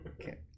Okay